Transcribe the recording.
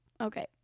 okay